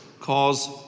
cause